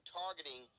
targeting